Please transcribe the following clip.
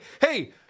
hey